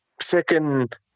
second